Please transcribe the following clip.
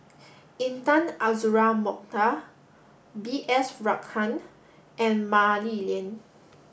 Intan Azura Mokhtar B S Rajhans and Mah Li Lian